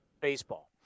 Baseball